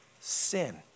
sin